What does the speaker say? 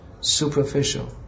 superficial